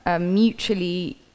mutually